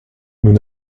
nous